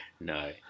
No